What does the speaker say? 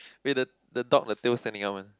wait the the dog the tail standing up one